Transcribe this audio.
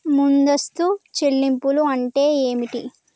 ముందస్తు చెల్లింపులు అంటే ఏమిటి?